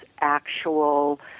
actual